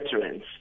veterans